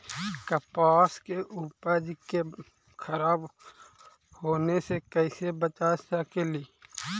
कपास के उपज के खराब होने से कैसे बचा सकेली?